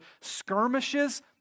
skirmishes